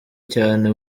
cyane